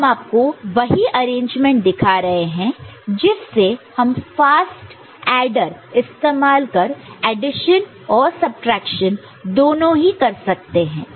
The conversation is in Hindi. हम आपको वही अरेंजमेंट दिखा रहे हैं जिससे हम फास्ट एडर इस्तेमाल कर एडिशन और सबट्रैक्शन दोनों ही कर सकते हैं